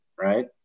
Right